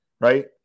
right